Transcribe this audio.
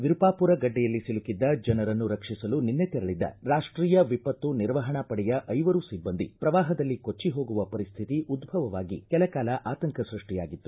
ವಿರುಪಾಪುರ ಗಡ್ಡೆಯಲ್ಲಿ ಸಿಲುಕಿದ್ದ ಜನರನ್ನು ರಕ್ಷಿಸಲು ನಿನ್ನೆ ತೆರಳದ್ದ ರಾಷ್ಟೀಯ ವಿಪತ್ತು ನಿರ್ವಹಣಾ ಪಡೆಯ ಐವರು ಸಿಬ್ಬಂದಿ ಪ್ರವಾಹದಲ್ಲಿ ಕೊಚ್ಚಿ ಹೋಗುವ ಪರಿಸ್ವಿತಿ ಉದ್ದವವಾಗಿ ಕೆಲಕಾಲ ಆತಂಕ ಸೃಷ್ಷಿಯಾಗಿತ್ತು